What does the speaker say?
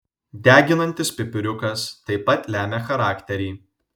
deginantis pipiriukas taip pat lemia charakterį